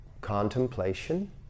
contemplation